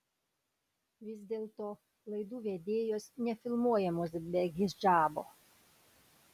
vis dėlto laidų vedėjos nefilmuojamos be hidžabo